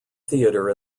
theater